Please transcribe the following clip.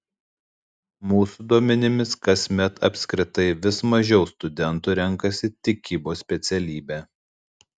mūsų duomenimis kasmet apskritai vis mažiau studentų renkasi tikybos specialybę